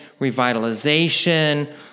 revitalization